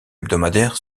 hebdomadaire